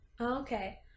Okay